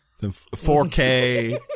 4K